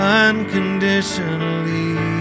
unconditionally